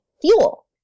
fuel